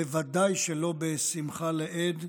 בוודאי שלא בשמחה לאיד.